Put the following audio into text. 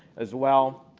as well.